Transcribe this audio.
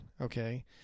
okay